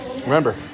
Remember